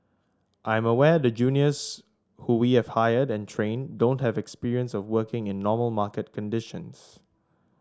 I'm aware the juniors who we have hired and trained don't have experience of working in normal market conditions